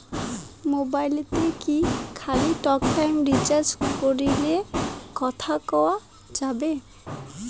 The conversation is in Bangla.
মোবাইলত কি খালি টকটাইম রিচার্জ করিলে কথা কয়া যাবে?